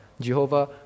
Jehovah